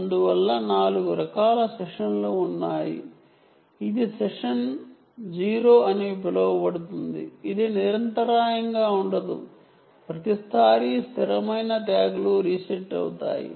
అందువల్ల 4 రకాల సెషన్లు ఉన్నాయి ఇది సెషన్ 0 అని పిలువబడుతుంది ఇది నిరంతరాయంగా ఉండదు ప్రతిసారీ స్థిరమైన ట్యాగ్లు రీసెట్ అవుతాయి